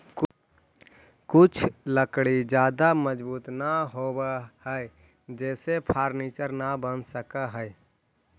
कुछ लकड़ी ज्यादा मजबूत न होवऽ हइ जेसे फर्नीचर न बन सकऽ हइ